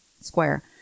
square